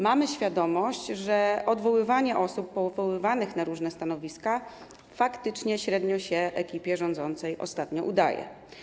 Mamy świadomość, że odwoływanie osób powoływanych na różne stanowiska faktycznie średnio się ekipie rządzącej ostatnio udaje.